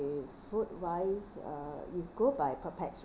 the food vice uh it go by per pax